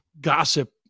gossip